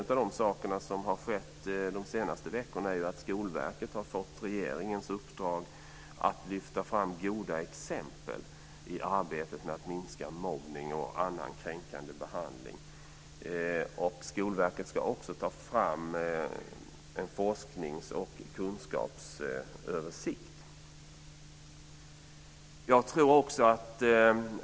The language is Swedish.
En av de saker som har skett under de senaste veckorna är att Skolverket har fått regeringens uppdrag att lyfta fram goda exempel i arbetet med att minska mobbning och annan kränkande behandling. Skolverket ska också ta fram en forsknings och kunskapsöversikt.